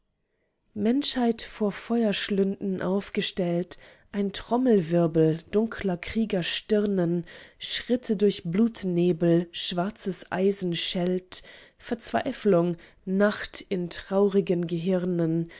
menschheit vor feuerschlünden aufgestellt ein trommelwirbel dunkler krieger stirnen schritte durch blutnebel schwarzes eisen schellt verzweiflung nacht in traurigen gehirnen